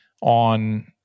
on